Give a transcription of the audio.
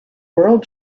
world